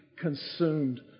consumed